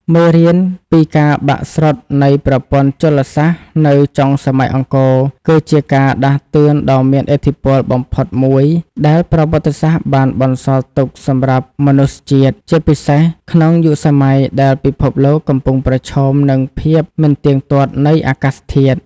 មេរៀនពីការបាក់ស្រុតនៃប្រព័ន្ធជលសាស្ត្រនៅចុងសម័យអង្គរ គឺជាការដាស់តឿនដ៏មានឥទ្ធិពលបំផុតមួយដែលប្រវត្តិសាស្ត្របានបន្សល់ទុកសម្រាប់មនុស្សជាតិ ជាពិសេសក្នុងយុគសម័យដែលពិភពលោកកំពុងប្រឈមនឹងភាពមិនទៀងទាត់នៃអាកាសធាតុ។